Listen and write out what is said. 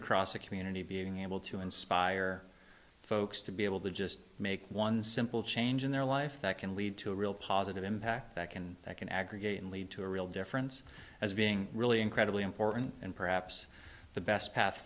across a community being able to inspire folks to be able to just make one simple change in their life that can lead to a real positive impact that can that can aggregate and lead to a real difference as being really incredibly important and perhaps the best pa